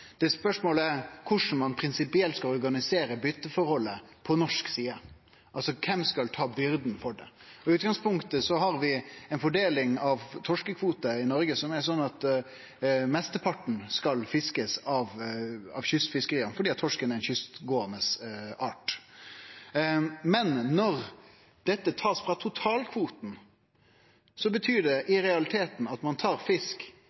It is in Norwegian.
byteforhold. Spørsmålet er korleis ein prinsipielt skal organisere byteforholdet på norsk side. Altså: Kven skal ta byrda for det? I utgangspunktet har vi ei fordeling av torskekvotene i Noreg som er slik at mesteparten skal bli fiska av kystfiskeria, for torsken er ein kystgåande art. Men når dette blir tatt frå totalkvota, betyr det at ein i realiteten tar fisk